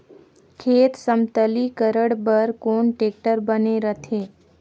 खेत समतलीकरण बर कौन टेक्टर बने रथे?